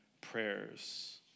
prayers